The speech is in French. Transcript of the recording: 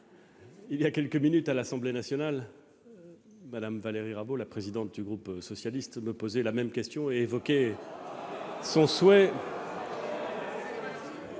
il y a quelques minutes, à l'Assemblée nationale, Mme Valérie Rabault, la présidente du groupe socialiste, me posait la même question. Mesdames,